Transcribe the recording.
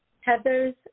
Heather's